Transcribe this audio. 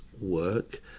work